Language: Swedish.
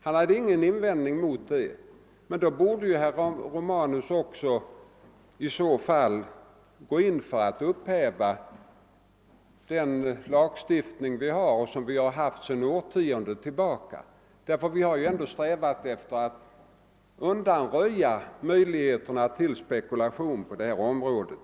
Han hade ingen invändning däremot, men då borde herr Romanus i så fall gå in för att upphäva den lagstiftning som gäller och som gällt på detta område sedan årtionden tillbaka. Vi har ju ändå strävat efter att undanröja möjligheterna till spekulation på detta område.